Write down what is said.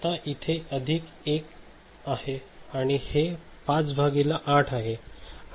आता हा इथे अधिक 1 आहे आणि हे 5 भागिले 8 आहे